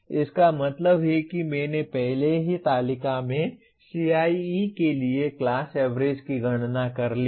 इसका मतलब है कि मैंने पहले ही तालिका में CIE के लिए क्लास एवरेज की गणना कर ली है